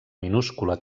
minúscula